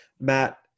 Matt